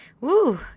woo